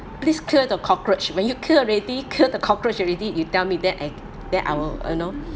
please kill the cockroach when you kill already kill the cockroach already you tell me then I then I will you know